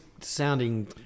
sounding